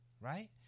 right